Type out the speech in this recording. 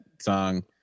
song